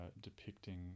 depicting